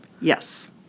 Yes